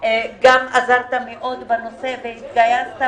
גם עזרת מאוד בנושא והתגייסת,